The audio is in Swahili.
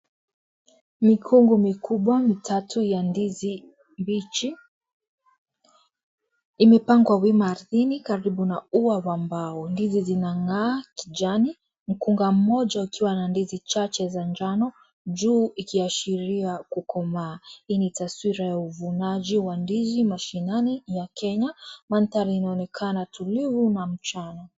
Mikungu mikubwa mitatu ya ndizi mbichi, imepangwa wima ardhini karibu na ua wa mbao. Ndizi zinang'aa kijani, mkunga mmoja ukiwa na ndizi chache za njano, juu ikiashiria kukomaa. Hii ni taswira ya uvunaji wa ndizi mashinani ya Kenya, manthari inaonekana tulivu na mchana.